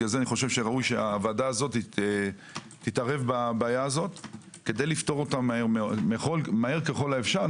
לכן ראוי שהוועדה הזו תתערב בבעיה הזו כדי לפתור אותה מהר ככל האפשר.